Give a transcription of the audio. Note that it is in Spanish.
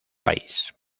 país